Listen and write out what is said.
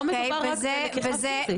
לא מדובר רק בלקיחה פיזית.